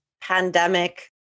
pandemic